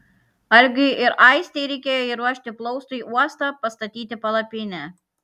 algiui ir aistei reikėjo įruošti plaustui uostą pastatyti palapinę